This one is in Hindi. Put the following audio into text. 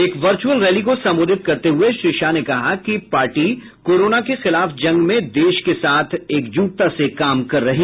एक वर्चुअल रैली को संबोधित करते हुए श्री शाह ने कहा कि पार्टी ने कोरोना के खिलाफ जंग में देश के साथ एकजुटता से काम कर रही है